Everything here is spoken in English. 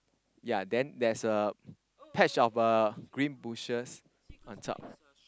yea then there's a patch of uh green bushes on top